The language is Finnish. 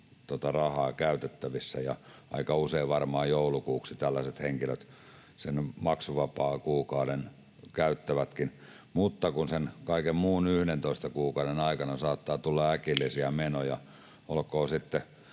rahaa käytettävissä, ja aika usein varmaan joulukuuksi tällaiset henkilöt sen maksuvapaakuukauden käyttävätkin. Mutta kun sen kaiken muun 11 kuukauden aikana saattaa tulla äkillisiä menoja,